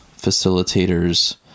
facilitators